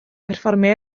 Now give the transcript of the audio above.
perfformio